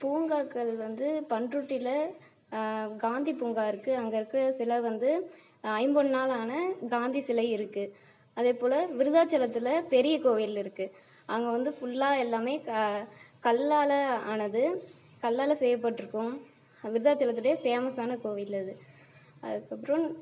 பூங்காக்கள் வந்து பண்ரூட்டியில் காந்தி பூங்கா இருக்குது அங்கே இருக்கிற சில வந்து ஐம்பொன்னாலான காந்தி சிலை இருக்குது அதே போல் விருதாச்சலத்தில் பெரிய கோயில் இருக்குது அங்கே வந்து ஃபுல்லா எல்லாமே க கல்லால் ஆனது கல்லால் செய்யப் பட்டுருக்கும் விருதாச்சலத்துலே ஃபேமஸ்ஸான கோவில் அது அதுக்கப்புறம்